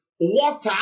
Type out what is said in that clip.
water